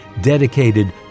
dedicated